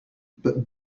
but